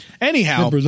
anyhow